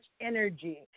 energy